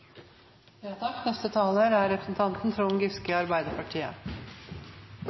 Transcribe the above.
ja – til representanten Trond Giske